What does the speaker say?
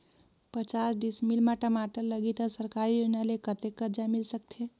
पचास डिसमिल मा टमाटर लगही त सरकारी योजना ले कतेक कर्जा मिल सकथे?